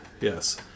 Yes